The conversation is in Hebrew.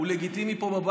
אז הוא לגיטימי פה בבית,